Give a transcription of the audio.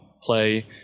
play